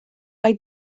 mae